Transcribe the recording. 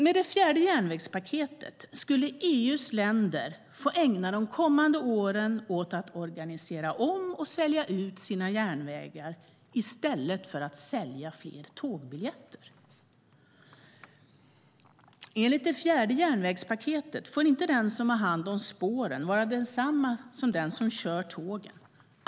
Med det fjärde järnvägspaketet skulle EU:s länder få ägna de kommande åren åt att organisera om och sälja ut sina järnvägar i stället för att sälja fler tågbiljetter. Enligt det fjärde järnvägspaketet får inte den som har hand om spåren vara densamma som den som kör tågen.